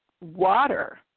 water